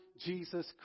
Jesus